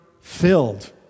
filled